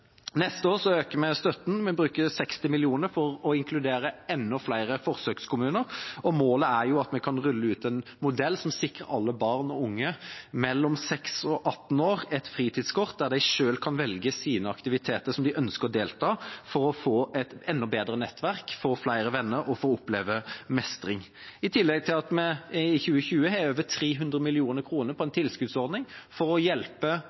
Neste år øker vi støtten. Vi bruker 60 mill. kr på å inkludere enda flere forsøkskommuner. Målet er å kunne rulle ut en modell som sikrer alle barn og unge mellom 6 og 18 år et fritidskort der de selv kan velge aktivitetene som de ønsker å delta i, for å få et enda bedre nettverk, få flere venner og oppleve mestring, i tillegg til at vi i 2020 bruker over 300 mill. kr på en tilskuddsordning for å hjelpe